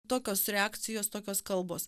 tokios reakcijos tokios kalbos